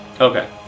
Okay